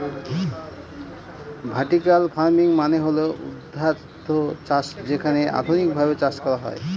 vertical farming মানে হল ঊর্ধ্বাধ চাষ যেখানে আধুনিকভাবে চাষ করা হয়